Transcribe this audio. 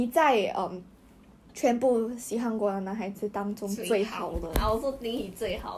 he is thirty C_M taller than you you know 安静 ah